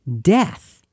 death